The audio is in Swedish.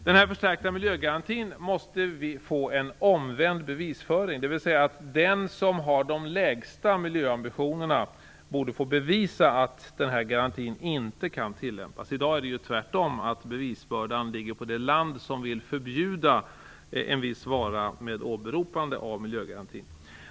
För den förstärkta miljögarantin måste vi få en omvänd bevisföring, där den som har de lägsta miljöambitionerna skall bevisa att garantin inte kan tillämpas. I dag ligger bevisbördan tvärtom på det land som vill förbjuda en viss vara med åberopande av miljögarantin.